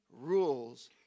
rules